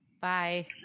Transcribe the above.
Bye